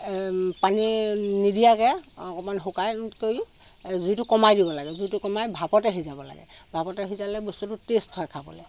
পানী নিদিয়াকৈ অকণমান শুকান কৰি জুইটো কমাই দিব লাগে জুইটো কমাই ভাপতে সিজাব লাগে ভাপতে সিজালে বস্তুটো টেষ্ট হয় খাবলৈ